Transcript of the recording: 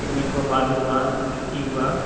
cement हुआ बालू हुआ गिट्टी हुआ